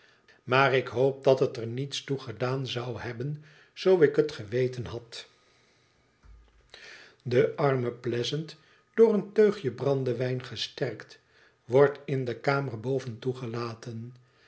maar ik hoop dat het er niets toe gedaan zou hebben zoo ik het geweten had onze wbdbrzijdschk vriend de arme pleasant door een teugje brandewijn gesterkt wordt in de kamer boven toegelaten